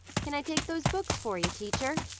can i take those books for you, teacher?